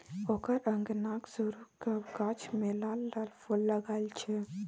ओकर अंगनाक सुरू क गाछ मे लाल लाल फूल लागल छै